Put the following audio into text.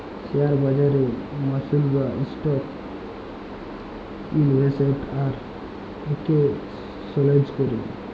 share বাজারে মালুসরা stock ইলভেসেট আর একেসচেলজ ক্যরে